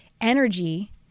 energy